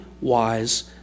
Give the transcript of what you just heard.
wise